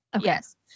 Yes